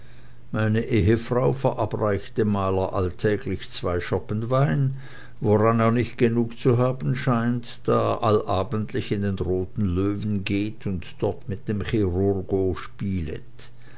meine ehefrau verabreicht dem mahler alltäglich zwei schoppen wein woran er nicht genug zu haben scheinet da er allabendlich in den rothen löwen gehet und dort mit dem chirurgo spielet